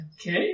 Okay